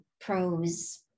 pros